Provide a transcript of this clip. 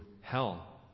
hell